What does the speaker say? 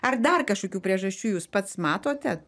ar dar kažkokių priežasčių jūs pats matote